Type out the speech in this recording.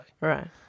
right